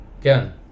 Again